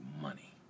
money